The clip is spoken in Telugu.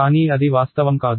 కానీ అది వాస్తవం కాదు